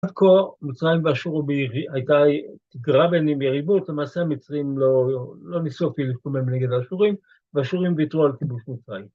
עד כה מצרים ואשור הייתה תגרה ביניהם ויריבות, למעשה המצרים לא ניסו כאילו לקומם נגד האשורים, והאשורים ויתרו על כיבוש מצרים.